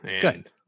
Good